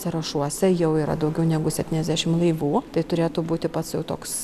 sąrašuose jau yra daugiau negu septyniasdešim laivų tai turėtų būti pats jau toks